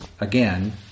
again